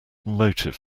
motive